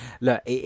look